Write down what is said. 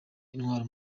intwaro